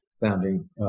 founding